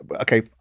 Okay